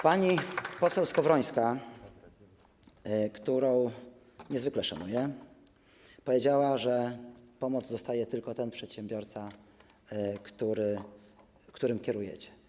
Pani poseł Skowrońska, którą niezwykle szanuję, powiedziała: pomoc dostaje tylko ten przedsiębiorca, którym kierujecie.